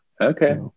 Okay